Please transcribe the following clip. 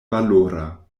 valora